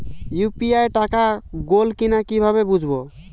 UPI টাকা গোল কিনা কিভাবে বুঝব?